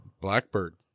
Blackbird